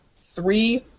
three